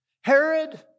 Herod